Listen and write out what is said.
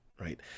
right